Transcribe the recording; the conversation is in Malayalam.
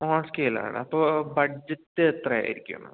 സ്മോൾ സ്കെയിലാണ് അപ്പോള് ബഡ്ജെറ്റ് എത്രയായിരിക്കും